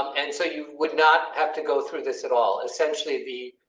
and so you would not have to go through this at all and essentially the.